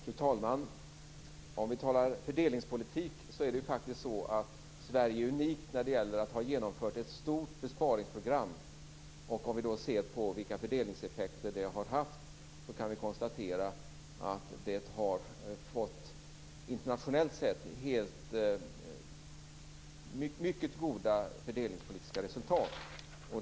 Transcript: Fru talman! För att tala fördelningspolitik är Sverige faktiskt unikt när det gäller att ha genomfört ett stort besparingsprogram med de fördelningseffekter det haft. Vi kan konstatera att det har fått internationellt sett mycket goda fördelningspolitiska resultat.